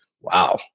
wow